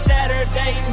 Saturday